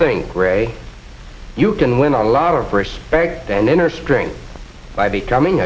think gray you can win a lot of respect and inner strength by becoming